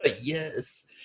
Yes